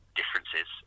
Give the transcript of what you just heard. differences